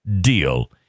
deal